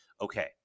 Okay